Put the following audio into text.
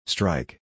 Strike